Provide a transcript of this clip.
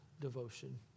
devotion